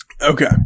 Okay